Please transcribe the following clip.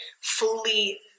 fully